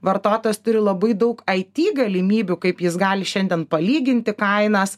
vartotojas turi labai daug aity galimybių kaip jis gali šiandien palyginti kainas